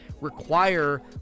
require